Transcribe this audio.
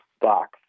box